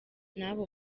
n’abo